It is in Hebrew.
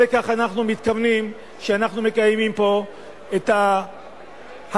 ולא לכך אנחנו מתכוונים כשאנחנו מקיימים פה את ההצבעות